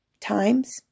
times